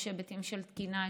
יש היבטים של תקינה,